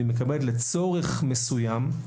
והיא מקבלת לצורך מסוים,